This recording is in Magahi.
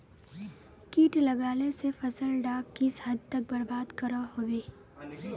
किट लगाले से फसल डाक किस हद तक बर्बाद करो होबे?